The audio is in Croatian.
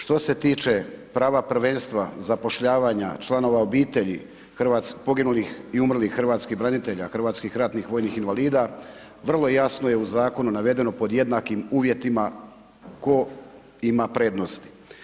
Što se tiče prava prvenstva zapošljavanja članova obitelji, poginulih i umrlih hrvatskih branitelja, hrvatskih ratnih vojnih invalida, vrlo je jasno u zakonu navedeno pod jednakim uvjetima tko ima prednost.